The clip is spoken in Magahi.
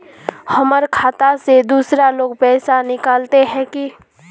हमर खाता से दूसरा लोग पैसा निकलते है की?